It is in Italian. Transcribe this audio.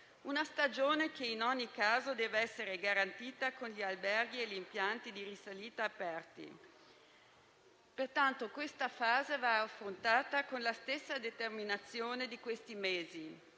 una stagione che in ogni caso deve essere garantita con gli alberghi e gli impianti di risalita aperti. Pertanto questa fase va affrontata con la stessa determinazione di questi mesi.